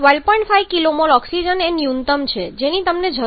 5 kmol oxygen એ ન્યૂનતમ છે જેની તમને જરૂર છે